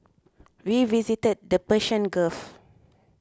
we visited the Persian Gulf